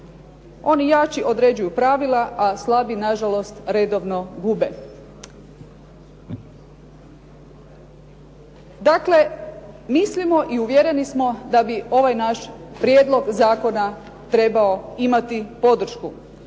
Oni jači određuju pravila, a slabi nažalost redovno gube. Dakle, mislimo i uvjereni smo da bi ovaj naš prijedlog zakona trebao imati podršku.